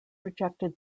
rejected